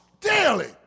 daily